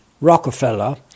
Rockefeller